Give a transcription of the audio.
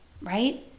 right